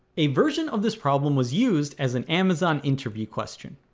a version of this problem was used as an amazon interview question